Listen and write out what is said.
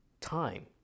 time